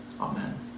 amen